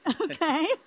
okay